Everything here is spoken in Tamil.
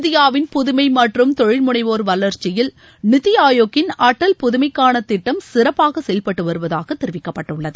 இந்தியாவின் புதுமை மற்றும் தொழில்முளைவோர் வளர்ச்சியில் நிதி ஆயோக்கின் அடல் புதுமை காண் திட்டம் சிறப்பாக செயல்பட்டு வருவதாக தெரிவிக்கப்பட்டுள்ளது